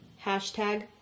Hashtag